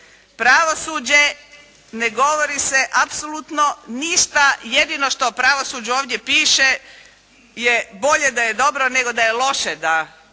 Pravosuđe, ne govori se apsolutno ništa, jedino što o pravosuđu ovdje piše je bolje da je dobro, nego da je loše, da